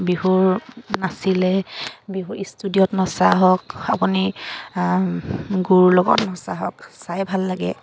বিহুৰ নাচিলে বিহু ষ্টুডিঅ'ত নচা হওক আপুনি গুৰু লগত নচা হওক চাই ভাল লাগে